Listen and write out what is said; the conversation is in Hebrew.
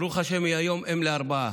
ברוך השם, היא היום אם לארבעה,